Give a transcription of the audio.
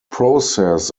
process